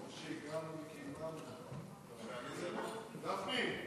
גפני,